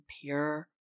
pure